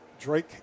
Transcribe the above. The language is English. Drake